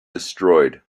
destroyed